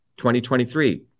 2023